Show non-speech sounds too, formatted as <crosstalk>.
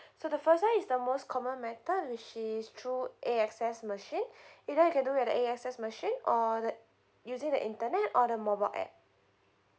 <breath> so the first one is the most common method which is through A_X_S machine <breath> either you can do at the A_X_S machine or like using the internet or the mobile app